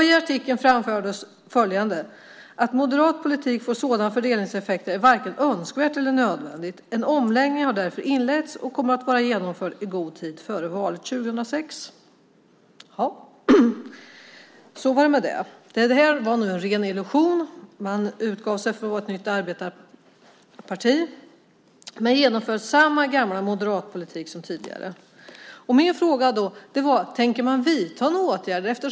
I artikeln framfördes följande: Att moderat politik får sådana fördelningseffekter är varken önskvärt eller nödvändigt. En omläggning har därför inletts och kommer att vara genomförd i god tid före valet 2006. Så var det med det. Det här var nu en ren illusion. Man utgav sig för att vara ett nytt arbetarparti, men genomför samma gamla moderatpolitik som tidigare. Min fråga var: Tänker man vidta några åtgärder?